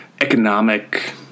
economic